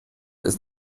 ist